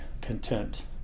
content